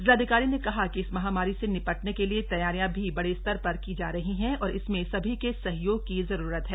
जिलाधिकारी ने कहा कि इस महामारी से निपटने के लिए तैयारियां भी बड़े स्तर पर की जा रही है और इसमें सभी के सहयोग की जरूरत है